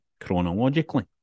chronologically